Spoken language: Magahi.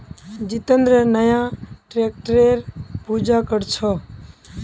जितेंद्र नया ट्रैक्टरेर पूजा कर छ